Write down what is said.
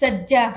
ਸੱਜਾ